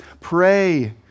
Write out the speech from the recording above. pray